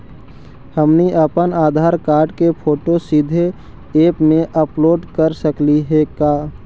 हमनी अप्पन आधार कार्ड के फोटो सीधे ऐप में अपलोड कर सकली हे का?